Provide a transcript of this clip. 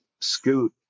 Scoot